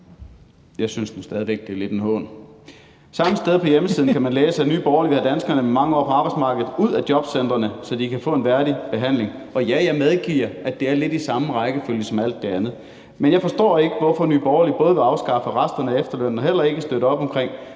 Jeg synes nu stadig væk, det lidt er en hån. Samme sted på hjemmesiden kan man læse, at Nye Borgerlige vil have danskerne til at være mange år på arbejdsmarkedet og ud af jobcentrene, så de kan få en værdig behandling, og jeg medgiver, at det er lidt i samme rækkefølge som alt det andet. Men jeg forstår ikke, hvorfor Nye Borgerlige både vil afskaffe resterne af efterlønnen og ikke vil støtte op omkring